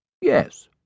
Yes